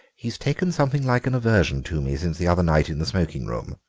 he's taken something like an aversion to me since the other night in the smoking room.